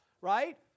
right